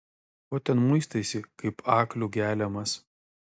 ko ten muistaisi kaip aklių geliamas